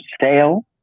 sale